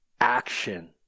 action